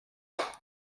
pas